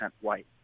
white